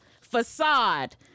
facade